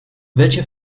welche